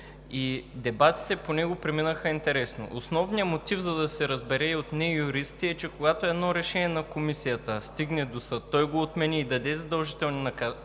дебатите по него преминаха интересно. Основният мотив, за да се разбере и от не-юристи, е, че когато едно решение на Комисията стигне до съд, той го отмени и даде задължителни указания,